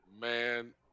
man